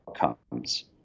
outcomes